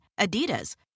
Adidas